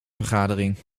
vergadering